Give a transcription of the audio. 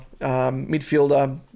midfielder